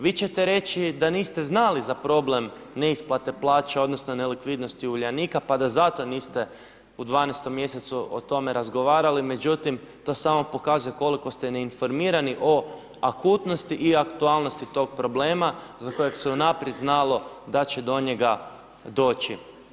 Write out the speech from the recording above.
Vi ćete reći da niste znali za problem neisplate plaća odnosno nelikvidnosti Uljanika pa da zato niste u 12. mjesecu o tome razgovarali, međutim to samo pokazuje koliko ste neinformirani o akutnosti i aktualnosti tog problema za kojeg se unaprijed znalo da će do njega doći.